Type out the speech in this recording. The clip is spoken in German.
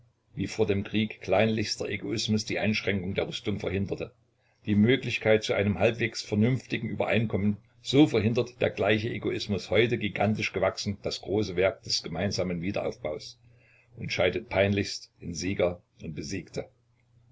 wie vor dem krieg kleinlichster egoismus die einschränkung der rüstungen verhinderte die möglichkeit zu einem halbwegs vernünftigen übereinkommen so verhindert der gleiche egoismus heute gigantisch gewachsen das große werk des gemeinsamen wiederaufbaus und scheidet peinlichst in sieger und besiegte